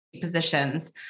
positions